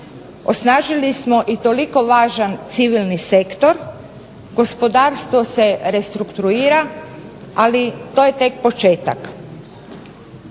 osnažili smo i toliko važan civilni sektor, gospodarstvo se restrukturira ali to je tek početak.